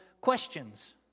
questions